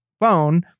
phone